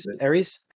Aries